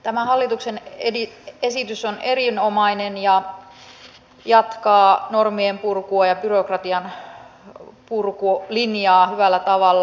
tämä hallituksen esitys on erinomainen ja jatkaa normien purkua ja byrokratian purkulinjaa hyvällä tavalla